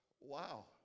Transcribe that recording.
Wow